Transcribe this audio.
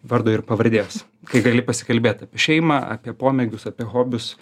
vardo ir pavardės kai gali pasikalbėt apie šeimą apie pomėgius apie hobius